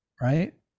right